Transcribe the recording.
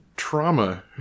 trauma